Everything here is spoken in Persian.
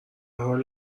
حال